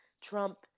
Trump